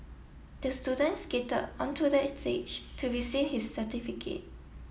the students skated onto the stage to receive his certificate